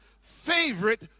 favorite